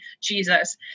jesus